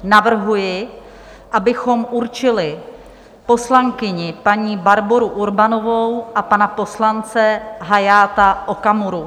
Navrhuji, abychom určili poslankyni paní Barboru Urbanovou a pana poslance Hayata Okamuru.